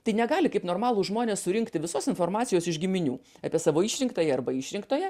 tai negali kaip normalūs žmonės surinkti visos informacijos iš giminių apie savo išrinktąjį arba išrinktąją